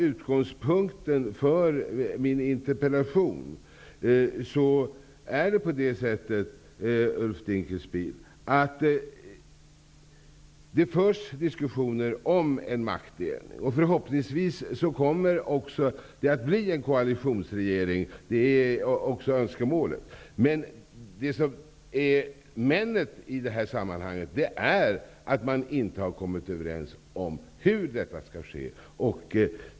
Utgångspunkten för min interpellation är att diskussioner om en maktdelning förs. Förhoppningsvis kommer det också att bli en koalitionsregering, vilket är önskemålet. Men problemet i det här sammanhanget är att man inte har kommit överens om hur detta skall ske.